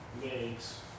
makes